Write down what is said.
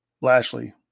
Lashley